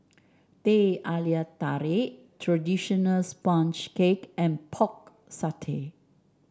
Teh Halia Tarik traditional sponge cake and Pork Satay